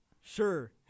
Sure